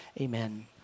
Amen